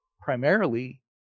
primarily